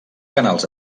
canals